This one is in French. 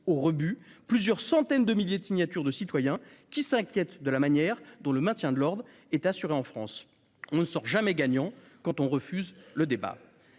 au rebut plusieurs centaines de milliers de signatures de citoyens, qui s'inquiètent de la manière dont le maintien de l'ordre est assuré en France. On n'est jamais gagnant quand on refuse le débat.